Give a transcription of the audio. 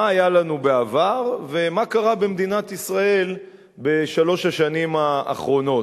מה היה לנו בעבר ומה קרה במדינת ישראל בשלוש השנים האחרונות.